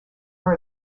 are